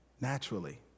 naturally